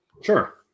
Sure